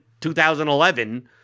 2011